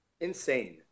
insane